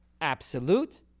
absolute